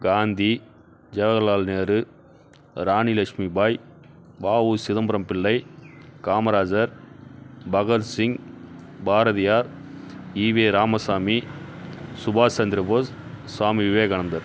காந்தி ஜவஹர்லால் நேரு ராணி லஷ்மிபாய் வ உ சிதம்பரம் பிள்ளை காமராஜர் பகத்சிங் பாரதியார் ஈ வே ராமசாமி சுபாஸ் சந்திர போஸ் சுவாமி விவேகானந்தர்